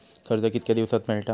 कर्ज कितक्या दिवसात मेळता?